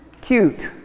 cute